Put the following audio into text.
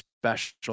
special